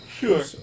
Sure